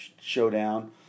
showdown